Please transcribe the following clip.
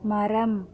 மரம்